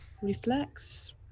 Reflex